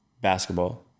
basketball